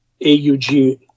AUG